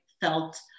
felt